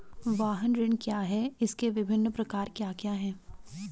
वाहन ऋण क्या है इसके विभिन्न प्रकार क्या क्या हैं?